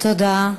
תודה רבה.